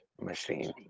machine